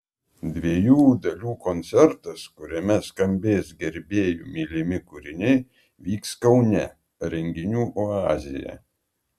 dviejų dalių koncertas kuriame skambės gerbėjų mylimi kūriniai vyks kaune renginių oazėje